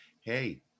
hey